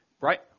Right